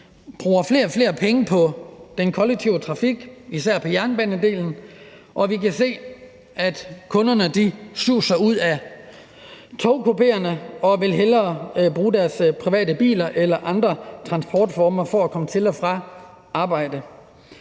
bruger flere og flere penge på den kollektive trafik – især på jernbanedelen – og vi kan se, at kunderne suser ud af togkupéerne og hellere vil bruge deres private biler eller andre transportformer til at komme til og fra arbejde.